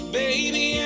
baby